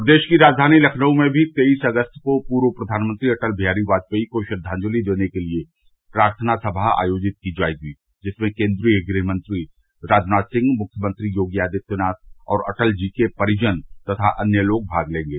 प्रदेश की राजघानी लखनऊ में भी तेईस अगस्त को पूर्व प्रधानमंत्री अटल बिहारी वाजपेई को श्रद्वांजलि देने के लिए प्रार्थना समा आयोजित की जाएगी जिसमें केन्द्रीय गृहमंत्री राजनाथ सिंह मुख्यमंत्री योगी आदित्यनाथ और अटल जी के परिजन तथा अन्य लोग भाग लेंगे